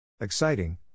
Exciting